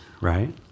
right